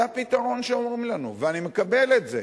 זה הפתרון שאומרים לנו, ואני מקבל את זה.